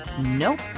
Nope